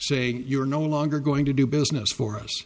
saying you're no longer going to do business for us